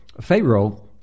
Pharaoh